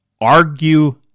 argue